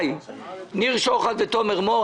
ניר שוחט ותומר מור,